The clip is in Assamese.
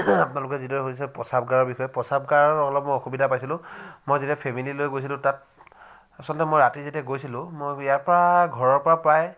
আপোনালোকে এতিয়া সুধিছে প্ৰস্ৰাৱগাৰৰ বিষয়ে প্ৰস্ৰাৱগাৰৰ অলপ মই অসুবিধা পাইছিলোঁ মই যেতিয়া ফেমিলি লৈ গৈছিলোঁ তাত আচলতে মই ৰাতি যেতিয়া গৈছিলোঁ মই ইয়াৰপৰা ঘৰৰপৰা প্ৰায়